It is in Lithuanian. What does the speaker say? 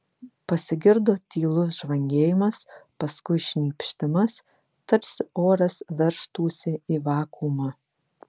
pasigirdo tylus žvangėjimas paskui šnypštimas tarsi oras veržtųsi į vakuumą